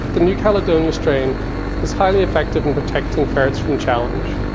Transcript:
the new caledonia strain was highly effective in protecting ferrets from challenge.